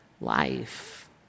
life